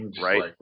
right